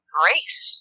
grace